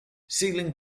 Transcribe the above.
sealing